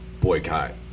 boycott